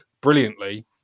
brilliantly